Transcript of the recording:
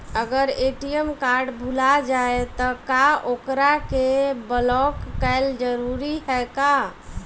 अगर ATM card भूला जाए त का ओकरा के बलौक कैल जरूरी है का?